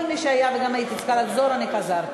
כל מי שהיה, וגם הייתי צריכה לחזור, אני חזרתי.